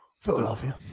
Philadelphia